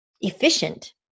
efficient